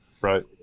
Right